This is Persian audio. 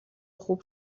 خوب